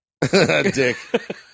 dick